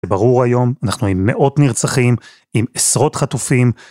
ברור היום, אנחנו עם מאות נרצחים, עם עשרות חטופים.